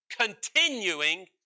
continuing